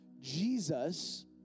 Jesus